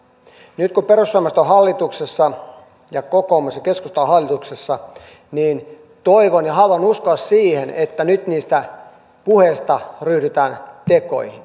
nyt kun perussuomalaiset kokoomus ja keskusta ovat hallituksessa niin toivon ja haluan uskoa siihen että nyt niistä puheista ryhdytään tekoihin